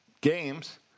games